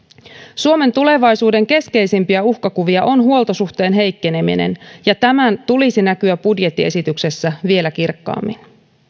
suomen tulevaisuuden keskeisimpiä uhkakuvia on huoltosuhteen heikkeneminen ja tämän tulisi näkyä budjettiesityksessä vielä kirkkaammin